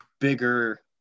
bigger